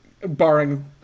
barring